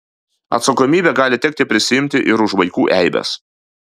atsakomybę gali tekti prisiimti ir už vaikų eibes